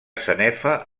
sanefa